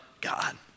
God